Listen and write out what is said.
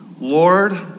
Lord